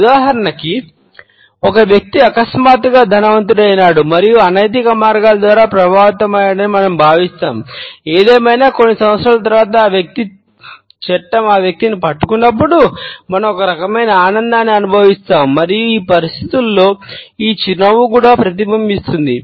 ఉదాహరణకి ఒక వ్యక్తి అకస్మాత్తుగా ధనవంతుడైనాడు మరియు అనైతిక మార్గాల ద్వారా ప్రభావవంతం అయ్యాడని మనం భావిస్తాము ఏదేమైనా కొన్ని సంవత్సరాల తరువాత చట్టం ఆ వ్యక్తిని పట్టుకున్నప్పుడు మనం ఒక రకమైన ఆనందాన్ని అనుభవిస్తాము మరియు ఈ పరిస్థితులలో ఈ చిరునవ్వు కూడా ప్రతిబింబిస్తుంది